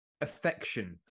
Affection